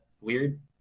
weird